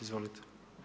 Izvolite.